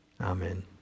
Amen